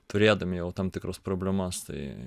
turėdami jau tam tikras problemas tai